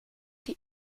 the